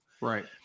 Right